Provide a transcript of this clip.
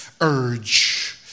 urge